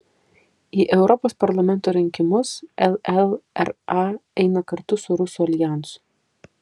į europos parlamento rinkimus llra eina kartu su rusų aljansu